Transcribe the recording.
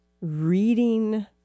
reading